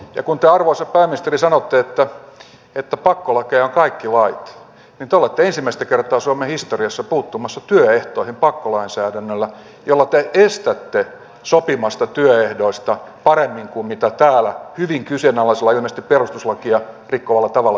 ja kun te arvoisa pääministeri sanotte että pakkolakeja ovat kaikki lait niin te olette ensimmäistä kertaa suomen historiassa puuttumassa työehtoihin pakkolainsäädännöllä jolla te estätte sopimasta työehdoista paremmin kuin mitä täällä hyvin kyseenalaisella perustuslakia rikkovalla tavalla päätettäisiin